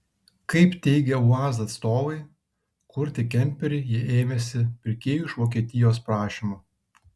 kaip teigia uaz atstovai kurti kemperį jie ėmėsi pirkėjų iš vokietijos prašymu